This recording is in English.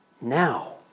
now